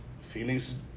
Phoenix